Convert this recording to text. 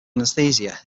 anesthesia